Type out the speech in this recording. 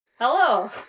Hello